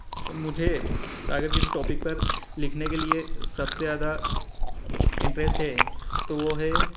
तो मुझे अगर किसी टॉपिक पर लिखने के लिए सबसे ज्यादा इंटरेस्ट है तो वो है